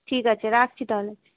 ঠিক আছে রাখছি তাহলে